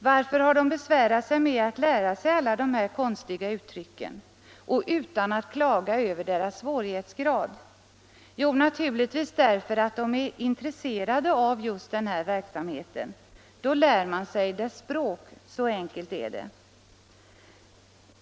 Varför har de besvärat sig med att lära sig alla de här konstiga uttrycken? Och utan att klaga över deras svårighetsgrad! Jo, naturligtvis därför att de är intresserade av just den här verksamheten. Då lär man sig dess språk, så enkelt är det.